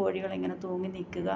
കോഴികൾ ഇങ്ങനെ തൂങ്ങി നിൽക്കുക